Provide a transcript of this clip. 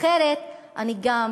אחרת, אני גם